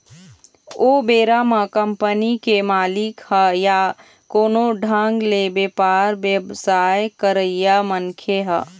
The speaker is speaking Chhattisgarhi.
ओ बेरा म कंपनी के मालिक ह या कोनो ढंग ले बेपार बेवसाय करइया मनखे ह